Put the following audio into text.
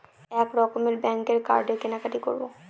এক রকমের ব্যাঙ্কের কার্ডে কেনাকাটি করব